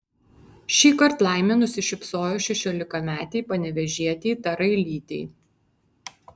šįkart laimė nusišypsojo šešiolikametei panevėžietei tarailytei